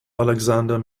alexander